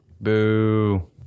Boo